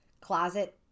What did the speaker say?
closet